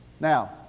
Now